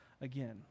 again